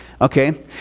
okay